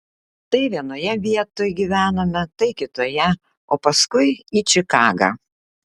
tai vienoje vietoj gyvenome tai kitoje o paskui į čikagą